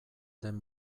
den